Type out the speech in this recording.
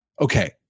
Okay